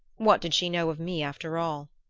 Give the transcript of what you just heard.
what did she know of me, after all?